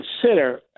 consider